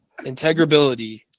Integrability